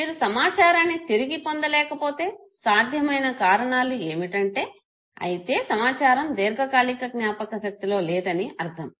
మీరు సమాచారాన్ని తిరిగి పొందలేకపోతే సాధ్యమైన కారణాలు ఏమిటంటే అయితే సమాచారం దీర్ఘకాలిక జ్ఞాపకశక్తిలో లేదని అర్ధం